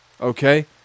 okay